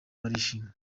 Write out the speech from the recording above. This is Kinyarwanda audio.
barishima